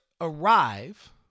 arrive